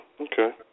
Okay